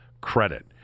credit